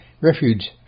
Refuge